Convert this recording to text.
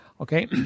Okay